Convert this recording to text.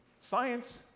science